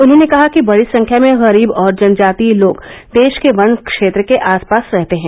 उन्होंने कहा कि बड़ी संख्या में गरीब और जनजातीय लोग देश के वन क्षेत्र के आसपास रहते हैं